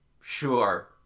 Sure